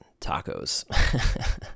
tacos